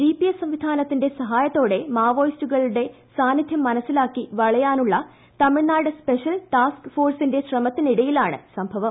GPS സംവിധാനത്തിന്റെ സഹായത്തോടെ മാവോയിസ്റ്റുകളുടെ സാന്നിധ്യം മനസിലാക്കി വളയാനുളള തമിഴ്നാട് സ്പെഷ്യൽ ടാസ്ക് ഫോഴ്സിന്റെ ശ്രമത്തിനിടെയാണ് സംഭവം